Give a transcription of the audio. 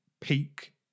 peak